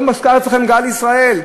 לא מוזכר אצלכם "גאל ישראל",